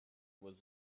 was